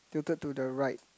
tilted to the right